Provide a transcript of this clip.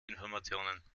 informationen